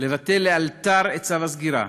לבטל לאלתר את צו הסגירה.